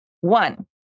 One